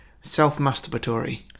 Self-masturbatory